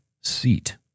seat